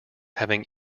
having